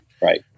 Right